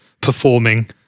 performing